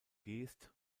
geest